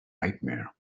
nightmare